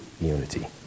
unity